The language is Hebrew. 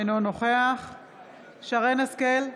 אינו נוכח שרן מרים השכל,